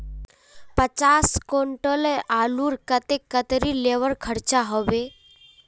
पचास कुंटल आलूर केते कतेरी लेबर खर्चा होबे बई?